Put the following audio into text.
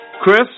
Chris